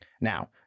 Now